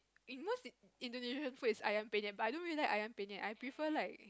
in most Indonesian food is Ayam-Penyet but I don't like Ayam-Penyet I prefer like